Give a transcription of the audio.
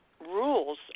rules